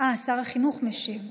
אה, שר החינוך משיב.